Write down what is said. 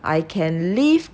I can live